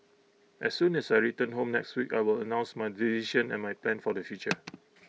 as soon as I return home next week I will announce my decision and my plans for the future